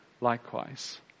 likewise